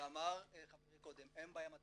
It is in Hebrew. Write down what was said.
ואמר חברי קודם, אין בעיה עם התרבות.